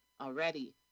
already